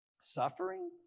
Suffering